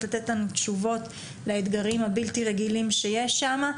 לתת לנו תשובות לאתגרים הבלתי רגילים שיש שם.